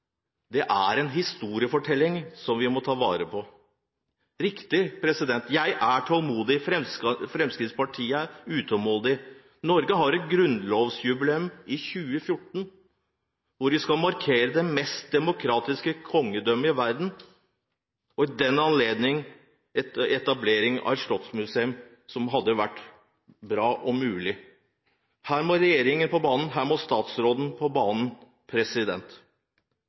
Det er en historiefortelling som vi må ta vare på. Det er riktig: Jeg er utålmodig, Fremskrittspartiet er utålmodig. Norge har et grunnlovsjubileum i 2014, hvor vi skal markere det mest demokratiske kongedømmet i verden. I den anledning hadde etablering av et slottsmuseum vært bra og mulig. Her må regjeringen på banen. Her må statsråden på banen.